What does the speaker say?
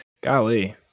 Golly